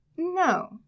No